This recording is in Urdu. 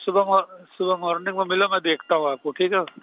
صُبح صُبح مارنگ میں مِلو میں دیکھتا ہوں آپ کو ٹھیک ہے